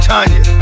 Tanya